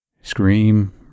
scream